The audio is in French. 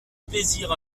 plaisir